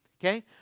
okay